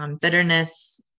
bitterness